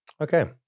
Okay